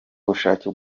ubushake